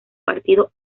partido